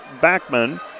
Backman